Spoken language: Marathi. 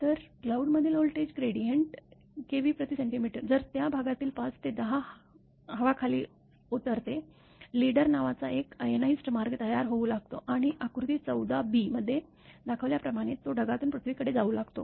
तर क्लाउडमधील व्होल्टेज ग्रेडिएंट kVcmजर त्या भागातील ५ ते १० हवा खाली उतरते लीडर नावाचा एक आयनाइज्ड मार्ग तयार होऊ लागतो आणि आकृती १४ बी मध्ये दाखवल्याप्रमाणे तो ढगातून पृथ्वीकडे जाऊ लागतो